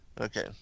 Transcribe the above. Okay